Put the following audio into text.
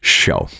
show